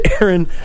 Aaron